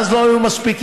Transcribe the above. ואז לא היו מספיקים.